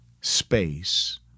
space